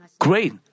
great